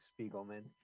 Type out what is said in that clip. Spiegelman